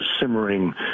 simmering